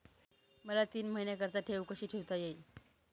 मला तीन महिन्याकरिता ठेव कशी ठेवता येईल?